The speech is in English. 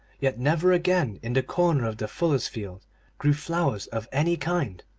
yet never again in the corner of the fullers' field grew flowers of any kind,